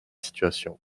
situations